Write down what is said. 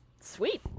sweet